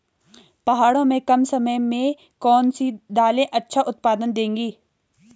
पहाड़ों में कम समय में कौन सी दालें अच्छा उत्पादन देंगी?